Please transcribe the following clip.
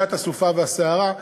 שאלת הסופה והסערה.